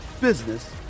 business